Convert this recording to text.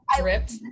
dripped